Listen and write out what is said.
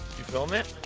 you film that?